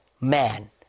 man